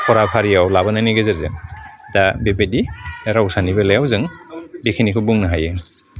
फरा फारियाव लाबोनायनि गेजेरजों दा बेबायदि रावसानि बेलायाव जों बेखिनिखौ बुंनो हायो